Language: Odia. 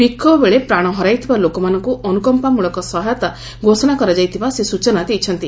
ବିକ୍ଷୋଭବେଳେ ପ୍ରାଣ ହରାଇଥିବା ଲୋକମାନଙ୍କୁ ଅନୁକମ୍ପାମଳକ ସହାୟତା ଘୋଷଣା କରାଯାଇଥିବା ସେ ସ୍ଚଚନା ଦେଇଛନ୍ତି